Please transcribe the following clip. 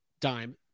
dime